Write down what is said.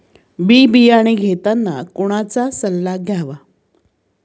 बी बियाणे घेताना कोणाचा सल्ला घ्यावा?